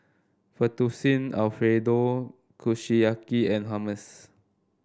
Fettuccine Alfredo Kushiyaki and Hummus